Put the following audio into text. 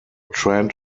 trend